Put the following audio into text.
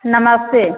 नमस्ते